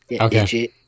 okay